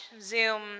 Zoom